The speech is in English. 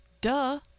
Duh